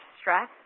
stress